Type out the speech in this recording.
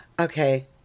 okay